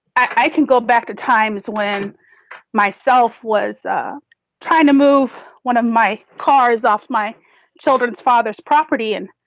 i can go back to times when my self was ah trying to move one of my cars off my children's father's property and.